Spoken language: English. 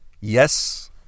yes